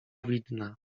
widna